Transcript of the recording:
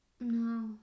No